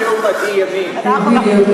לא,